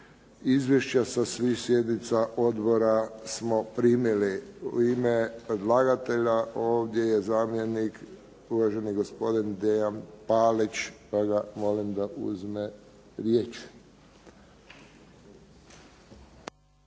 Izvješća sa svih sjednica odbora smo primili. U ime predlagatelja ovdje je zamjenik uvaženi gospodin Dejan Palić pa ga molim da uzme riječ.